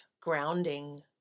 grounding